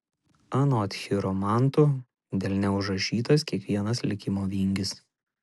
anot chiromantų delne užrašytas kiekvienas likimo vingis